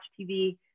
TV